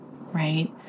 right